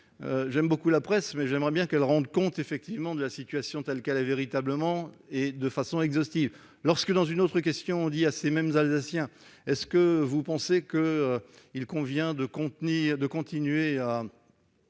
J'aime beaucoup la presse, mais j'aimerais bien qu'elle rende compte de la situation telle qu'elle est véritablement, de façon exhaustive. Lorsque, dans une autre question, on demande à ces mêmes Alsaciens s'ils pensent qu'il convient de continuer à